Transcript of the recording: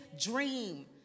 dream